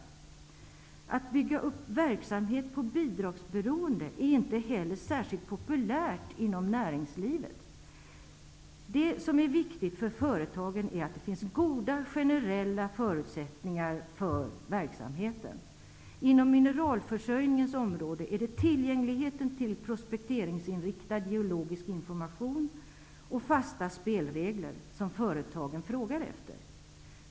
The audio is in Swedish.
Att bygga upp verksamhet på bidragsberoende är inte särskilt populärt inom näringslivet. Det som är viktigt för företagen är att det finns goda generella förutsättningar för verksamheten. Inom mineralförsörjningens område är det tillgängligheten till prospekteringsinriktad geologisk information och fasta spelregler som företagen frågar efter.